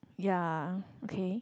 ya okay